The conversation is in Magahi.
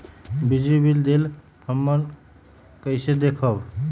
बिजली बिल देल हमन कईसे देखब?